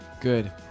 good